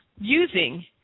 using